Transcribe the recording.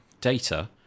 data